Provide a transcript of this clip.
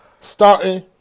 starting